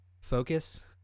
Focus